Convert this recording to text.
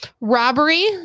Robbery